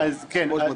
טוב.